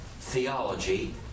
theology